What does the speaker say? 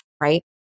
right